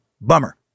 bummer